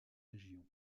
régions